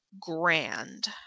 grand